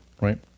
right